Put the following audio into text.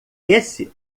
esse